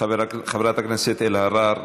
חברת הכנסת אלהרר,